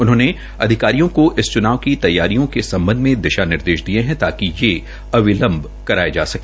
उन्होंने अधिकारियों को इस च्नाव की तैयारियों के सम्बध में दिशा निर्देश दिये है ताकि वे अविलंव करवाये जा सके